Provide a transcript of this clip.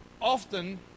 often